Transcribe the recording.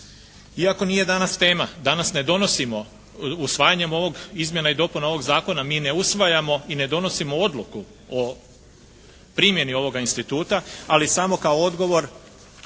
Iako nije danas tema, danas ne donosimo, usvajanjem ovih izmjena i dopuna ovog zakona mi ne usvajamo i ne donosimo odluku o primjeni ovoga instituta, ali samo kao odgovor